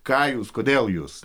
ką jūs kodėl jūs